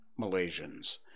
Malaysians